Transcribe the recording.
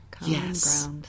Yes